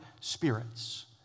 spirits